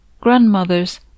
grandmothers